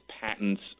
patents